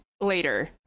later